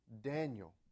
Daniel